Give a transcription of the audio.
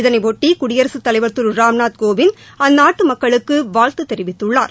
இதனையொட்டி குடியரசுத் தலைவர் திரு ராமநாத் கோவிந்த் அந்நாட்டு மக்களுக்கு வாழ்த்து தெரிவித்துள்ளார்